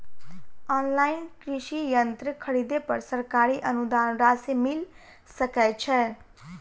Online कृषि यंत्र खरीदे पर सरकारी अनुदान राशि मिल सकै छैय?